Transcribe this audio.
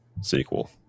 sequel